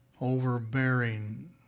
overbearing